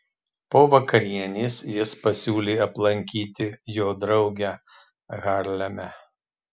po vakarienės jis pasiūlė aplankyti jo draugę harleme